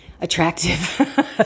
attractive